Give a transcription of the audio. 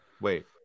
Wait